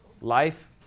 Life